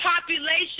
population